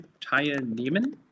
Teilnehmen